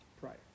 prior